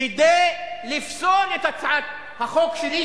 כדי לפסול את הצעת החוק שלי,